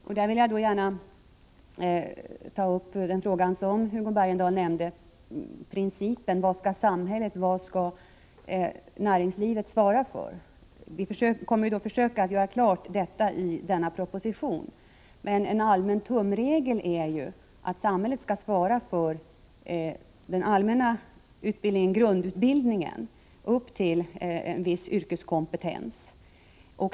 Jag vill här gärna ta upp den principfråga som Hugo Bergdahl berörde: Vad skall samhället svara för, och vad skall näringslivet svara för? Vi kommer att försöka klargöra det i denna proposition. En allmän tumregel är att samhället skall svara för grundutbildningen upp till en viss yrkeskompetens.